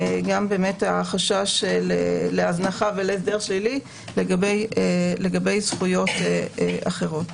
גם החשש להזנחה ולהסדר שלילי לגבי זכויות אחרות.